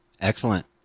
Excellent